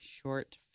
short